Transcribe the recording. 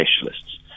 specialists